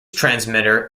transmitter